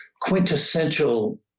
quintessential